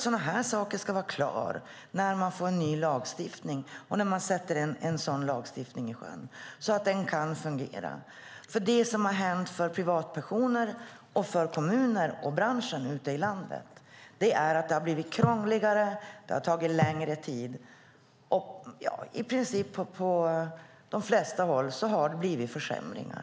Sådana här saker ska givetvis vara klara när man sätter en ny lagstiftning i sjön, så att den kan fungera. Det som hänt för privatpersoner, kommuner och bransch är att det har blivit krångligare och tar längre tid. På de flesta håll har det blivit försämringar.